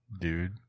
dude